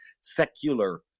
secular